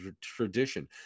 tradition